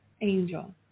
angel